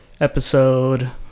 episode